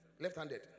Left-handed